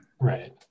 Right